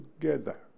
together